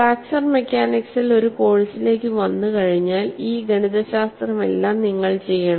fracture മെക്കാനിക്സിൽ ഒരു കോഴ്സിലേക്ക് വന്നുകഴിഞ്ഞാൽ ഈ ഗണിതശാസ്ത്രമെല്ലാം നിങ്ങൾ ചെയ്യണം